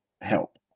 help